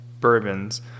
bourbons